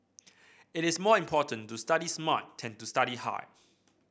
it is more important to study smart than to study hard